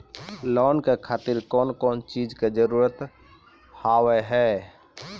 Loan के खातिर कौन कौन चीज के जरूरत हाव है?